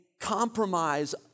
compromise